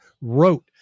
wrote